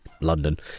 London